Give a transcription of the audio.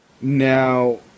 Now